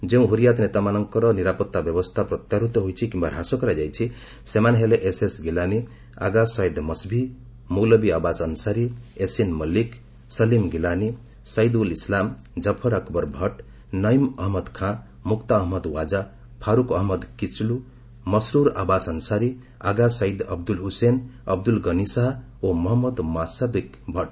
ଯେଉଁ ହୁରିଆତ୍ ନେତାମାନଙ୍କର ନିରାପତ୍ତା ବ୍ୟବସ୍ଥା ପ୍ରତ୍ୟାହୃତ ହୋଇଛି କିମ୍ବା ହ୍ରାସ କରାଯାଇଛି ସେମାନେ ହେଲେ ଏସ୍ଏସ୍ ଗିଲାନି ଆଗା ସଏଦ୍ ମସ୍ଭି ମୌଲବୀ ଆବାସ ଅନ୍ସାରୀ ୟେସିନ୍ ମଲିକ ସଲିମ୍ ଗିଲାନି ସଇଦ୍ ଉଲ୍ ଇସ୍ଲାମ କଫର ଆକବର ଭଟ୍ ନୈମ୍ ଅହମ୍ମଦ ଖାଁ ମୁକ୍ତା ଅହମ୍ମଦ ୱାଜା ଫାରୁକ ଅହମ୍ମଦ କିଚ୍ଲୁ ମସ୍ତ୍ରର୍ ଆବାସ ଅନ୍ସାରୀ ଆଗାସ ସଇଦ୍ ଅବଦୁଲ ହୁସେନ ଅବଦୁଲ ଗନୀ ଶାହା ଓ ମହମ୍ମଦ ମୁସାଦିକ୍ ଭଟ୍